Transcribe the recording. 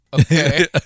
okay